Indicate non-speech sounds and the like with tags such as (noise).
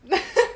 (laughs)